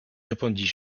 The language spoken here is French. répondis